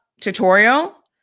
tutorial